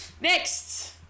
Next